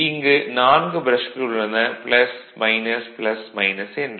இங்கு நான்கு ப்ரஷ்கள் உள்ளன என்று